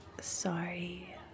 Sorry